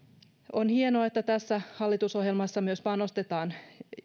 on hienoa että tässä hallitusohjelmassa myös panostetaan